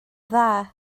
dda